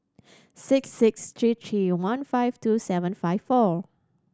six six three three one five two seven five four